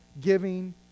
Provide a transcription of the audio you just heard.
giving